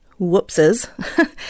whoopses